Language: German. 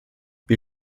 wir